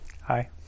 Hi